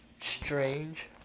strange